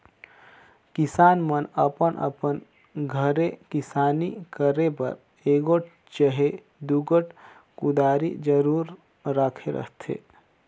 किसान मन अपन अपन घरे किसानी करे बर एगोट चहे दुगोट कुदारी जरूर राखे रहथे